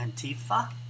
Antifa